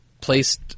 placed